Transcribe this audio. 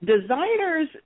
Designers